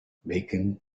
bacon